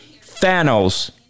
Thanos